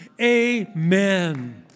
amen